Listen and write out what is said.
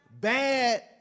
Bad